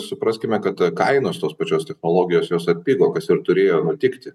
supraskime kad kainos tos pačios technologijos jos atpigo kas ir turėjo nutikti